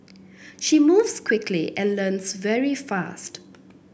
she moves quickly and learns very fast